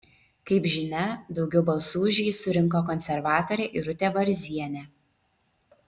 kaip žinia daugiau balsų už jį surinko konservatorė irutė varzienė